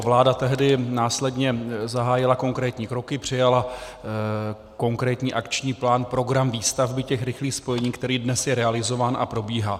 Vláda tehdy následně zahájila konkrétní kroky, přijala konkrétní akční plán program výstavby těch rychlých spojení, který dnes je realizován a probíhá.